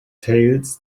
tales